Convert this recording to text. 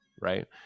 Right